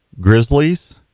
Grizzlies